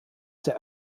der